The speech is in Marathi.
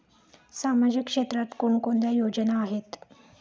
सामाजिक क्षेत्रात कोणकोणत्या योजना आहेत?